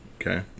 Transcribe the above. Okay